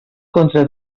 contra